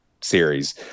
series